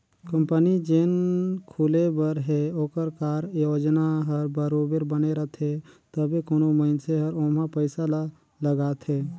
company जेन खुले बर हे ओकर कारयोजना हर बरोबेर बने रहथे तबे कोनो मइनसे हर ओम्हां पइसा ल लगाथे